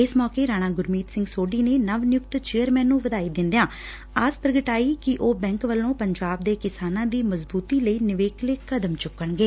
ਇਸ ਮੌਕੇ ਰਾਣਾ ਗੁਰਮੀਤ ਸਿੰਘ ਸੋਢੀ ਨੇ ਨਵਂ ਨਿਯੁਕਤ ਚੇਅਰਮੈਨ ਨੂੰ ਵਧਾਈ ਦਿੰਦਿਆਂ ਆਸ ਪੁਗਟਾਈ ਕਿ ਉਹ ਬੈਂਕ ਵੱਲੋਂ ਪੰਜਾਬ ਦੇ ਕਿਸਾਨਾਂ ਦੀ ਮਜਬੁਤੀ ਲਈ ਨਿਵਕਲੇ ਕਦਮ ਚੁੱਕਣਗੇ